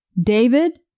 David